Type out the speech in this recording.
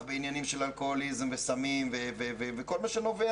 בעניינים של אלכוהוליזם וסמים וכל מה שנובע